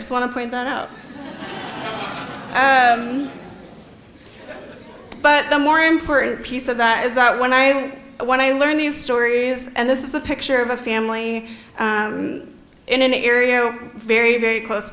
just want to point that out but the more important piece of that is that when i when i learn these stories and this is the picture of a family in an area very very close